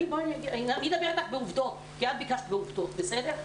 אני אדבר איתך בעובדות כי את ביקשת בעובדות, בסדר?